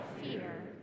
fear